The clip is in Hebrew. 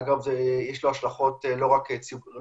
אגב יש לו השלכות לא רק אזרחיות,